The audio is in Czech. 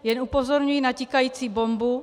Jen upozorňuji na tikající bombu.